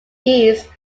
east